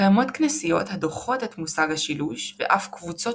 קיימות כנסיות הדוחות את מושג השילוש ואף קבוצות